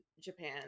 Japan